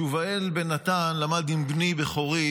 שובאל בן נתן למד עם בני בכורי